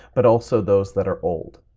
but also those that are old.